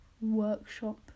workshop